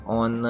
on